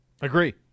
Agree